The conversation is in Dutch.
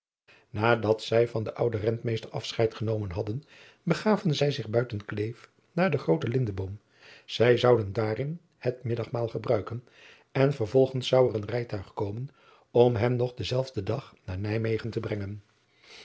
adat zij van den ouden entmeester afscheid genomen hadden begaven zij zich buiten leef naar den grooten indeboom ij zouden daarin het middagmaal gebruiken en vervolgens zou er een rijtuig komen om hen nog denzelfden dag naar ijmegen te brengen